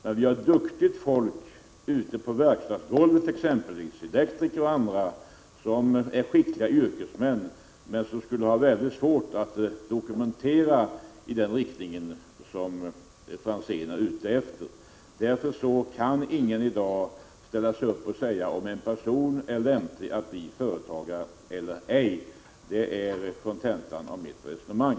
Men vi har duktigt folk på verkstadsgolvet, elektriker och andra, som är skickliga yrkesmän men som skulle ha mycket svårt att dokumentera det i den riktning som Tommy Franzén önskar. Därför kan ingen ställa sig upp och säga om en person är lämplig att bli företagare eller ej. Det är kontentan av mitt resonemang.